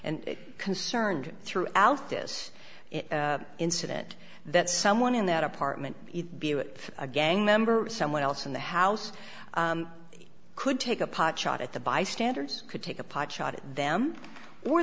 and concerned throughout this incident that someone in that apartment be it a gang member or someone else in the house could take a pot shot at the bystanders could take a pot shot at them or